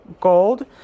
Gold